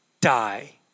die